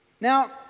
Now